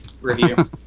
review